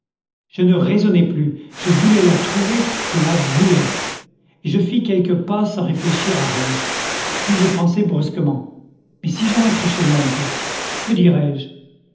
je ne raisonnais plus je voulais la trouver je la voulais et je fis quelques pas sans réfléchir à rien puis je pensai brusquement mais si j'entre chez l'oncle que dirais-je